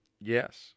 Yes